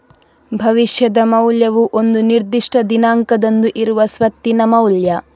ಭವಿಷ್ಯದ ಮೌಲ್ಯವು ಒಂದು ನಿರ್ದಿಷ್ಟ ದಿನಾಂಕದಂದು ಇರುವ ಸ್ವತ್ತಿನ ಮೌಲ್ಯ